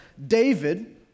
David